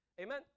Amen